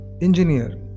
engineer